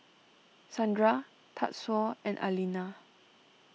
Sandra Tatsuo and Alena